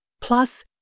plus